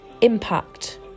impact